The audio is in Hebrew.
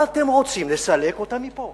מה אתם רוצים, לסלק אותם מפה?